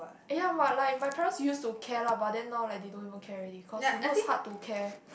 eh ya but like my parents used to care lah but then now like they don't even care already cause you know it's hard to care